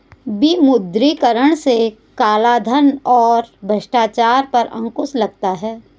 विमुद्रीकरण से कालाधन और भ्रष्टाचार पर अंकुश लगता हैं